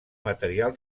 material